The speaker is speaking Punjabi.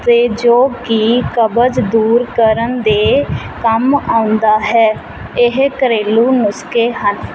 ਅਤੇ ਜੋ ਕਿ ਕਬਜ਼ ਦੂਰ ਕਰਨ ਦੇ ਕੰਮ ਆਉਂਦਾ ਹੈ ਇਹ ਘਰੇਲੂ ਨੁਸਖੇ ਹਨ